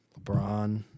LeBron